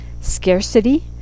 scarcity